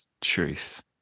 truth